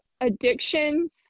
addictions